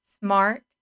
smart